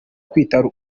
kwita